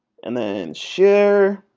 and then share.